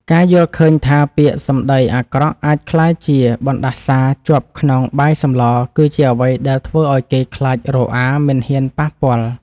ការយល់ឃើញថាពាក្យសម្ដីអាក្រក់អាចក្លាយជាបណ្តាសាជាប់ក្នុងបាយសម្លគឺជាអ្វីដែលធ្វើឱ្យគេខ្លាចរអាមិនហ៊ានប៉ះពាល់។